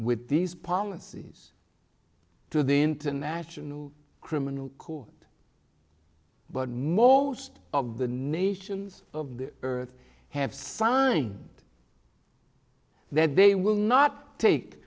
with these policies to the international criminal court but more of the nations of the earth have signed that they will not take